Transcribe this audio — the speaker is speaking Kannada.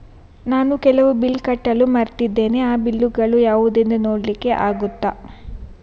ನಾನು ಕೆಲವು ಬಿಲ್ ಕಟ್ಟಲು ಮರ್ತಿದ್ದೇನೆ, ಆ ಬಿಲ್ಲುಗಳು ಯಾವುದೆಂದು ನೋಡ್ಲಿಕ್ಕೆ ಆಗುತ್ತಾ?